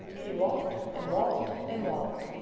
he walked and walked and walked.